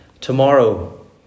Tomorrow